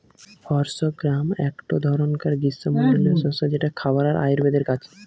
horse gram একটো ধরণকার গ্রীস্মমন্ডলীয় শস্য যেটা খাবার আর আয়ুর্বেদের কাজ